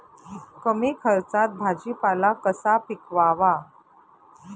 कमी खर्चात भाजीपाला कसा पिकवावा?